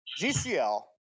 GCL